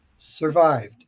Survived